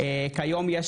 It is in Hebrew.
כיום יש